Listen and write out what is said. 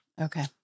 Okay